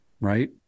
right